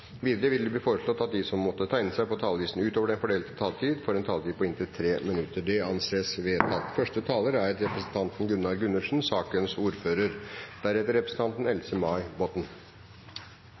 Videre vil det bli foreslått at de som måtte tegne seg på talerlisten utover den fordelte taletid, får en taletid på inntil 3 minutter. – Det anses vedtatt.